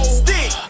stick